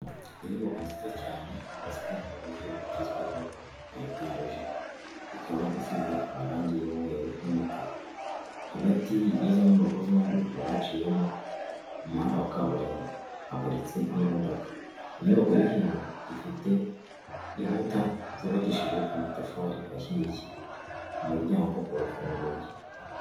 Inyuba nziza cyane yubatswe mu buryo bugezweho ya etage ikaba isize amarangi y'umweru n'umutuku hagati y'izo nyubako zombi hakaba haciyemo umuhanda wa kaburimbo haparitse n'imodoka inyubako yo hino ifite inkutazubakishijeje amatafari ahiye umuryango urafunguye.